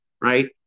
right